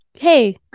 hey